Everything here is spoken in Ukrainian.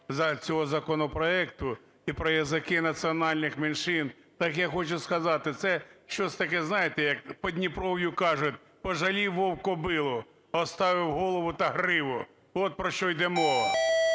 цього законопроекту, і про язики національних меншин. Так я хочу сказати, це щось таке, знаєте, як в Подніпров'ї кажуть: "Пожалів вовк кобилу – оставив голову та гриву". От про що йде